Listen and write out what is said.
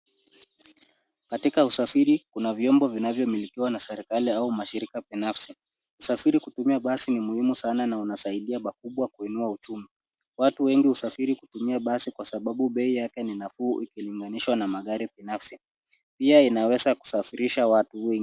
Katika usafiri, kuna vyombo vinavyomilikiwa na serikali au mashirika binafsi. Usafiri kutumia basi ni muhimu sana na inasaidia pakubwa kuinua uchumi. Watu wengi husafiri kutumia basi kwasababu bei yake ni nafuu ikilinganishwa na magari binafsi. Pia inaweza kusafirisha watu wengi.